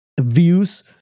views